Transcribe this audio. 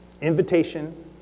Invitation